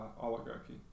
oligarchy